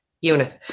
unit